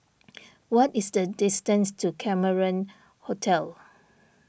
what is the distance to Cameron Hotel